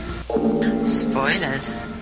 Spoilers